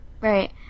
Right